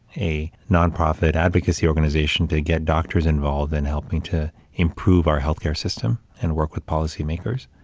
a nonprofit advocacy organization to get doctors involved in helping to improve our healthcare system and work with policymakers.